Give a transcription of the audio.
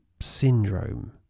syndrome